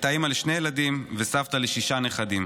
הייתה אימא לשני ילדים וסבתא לשישה נכדים.